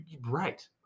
Right